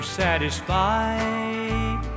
satisfied